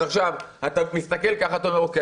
אז אתה מסתכל ואומר: אוקיי,